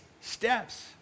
steps